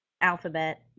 alphabet